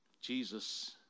Jesus